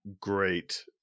great